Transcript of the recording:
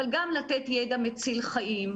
אבל גם לתת ידע מציל חיים,